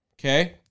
Okay